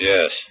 Yes